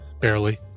Barely